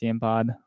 Pod